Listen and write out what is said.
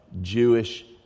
Jewish